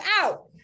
out